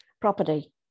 property